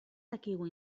dakigu